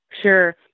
Sure